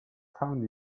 found